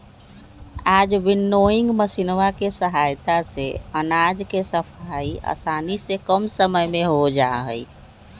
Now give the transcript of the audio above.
आज विन्नोइंग मशीनवा के सहायता से अनाज के सफाई आसानी से कम समय में हो जाहई